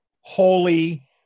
Holy